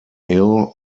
ill